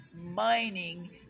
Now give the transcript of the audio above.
mining